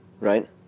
Right